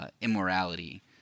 immorality